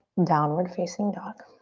downward facing dog.